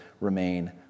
remain